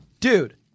dude